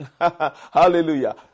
Hallelujah